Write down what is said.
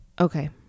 Okay